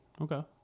Okay